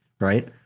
right